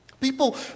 People